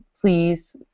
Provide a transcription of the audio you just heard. please